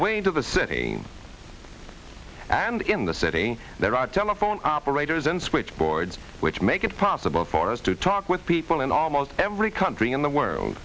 way into the city and in the city there are telephone operators and switchboards which make it possible for us to talk with people in almost every country in the world